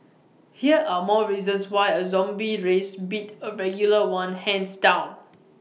here are more reasons why A zombie race beat A regular one hands down